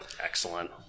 excellent